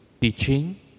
Teaching